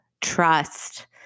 trust